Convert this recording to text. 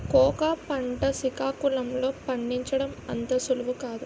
cocoa పంట సికాకుళం లో పండించడం అంత సులువు కాదు